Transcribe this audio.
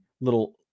little